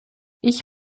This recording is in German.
ich